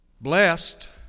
Blessed